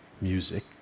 music